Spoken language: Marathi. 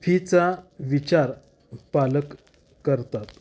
फीचा विचार पालक करतात